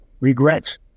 regrets